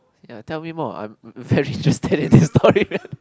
ya tell me more I'm very interested in this story